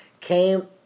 came